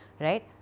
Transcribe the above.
right